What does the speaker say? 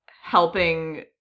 helping